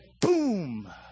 boom